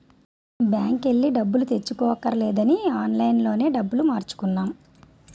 బాంకెల్లి డబ్బులు తెచ్చుకోవక్కర్లేదని ఆన్లైన్ లోనే డబ్బులు మార్చుకున్నాం